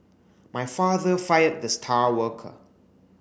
my father fired the star worker